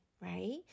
right